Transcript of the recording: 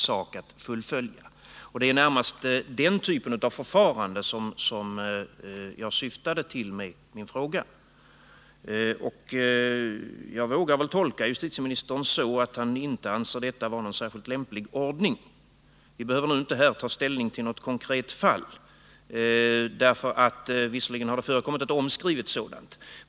Det var närmast den typen av förfarande som jag åsyftade med min fråga. Jag vågar väl tolka justitieministern så att han inte anser detta vara någon särskilt lämplig ordning. Det har visserligen förekommit ett omskrivet fall av den typ jag beskrev, men vi behöver inte här ta ställning till detta konkreta fall.